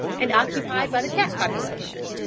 and occupied by the cat population,